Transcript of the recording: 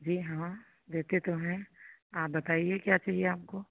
जी हाँ देते तो हैं आप बताईए क्या चहिए आपको